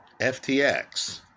FTX